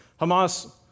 Hamas